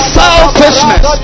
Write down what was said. selfishness